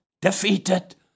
defeated